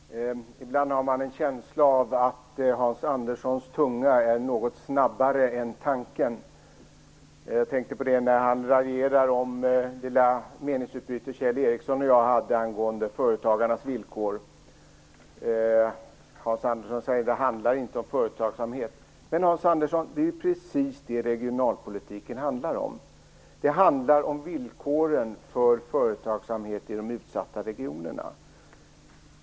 Herr talman! Ibland har man en känsla av att Hans Anderssons tunga är något snabbare än hans tanke. Det tänkte jag på när han raljerade om det lilla meningsutbyte som Kjell Ericsson och jag hade angående företagarnas villkor. Hans Andersson säger att det inte handlar om företagsamhet. Men det är ju precis det regionalpolitiken handlar om! Den handlar om villkoren för företagsamhet i de utsatta regionerna.